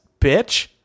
bitch